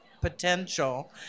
potential